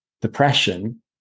depression